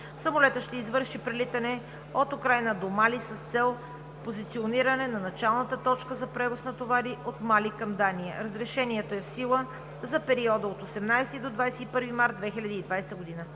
Самолетът ще извърши прелитане от Украйна до Мали с цел позициониране на началната точка за превоз на товари от Мали към Дания. Разрешението е в сила за периода от 18 до 21 май 2020 г.;